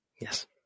Yes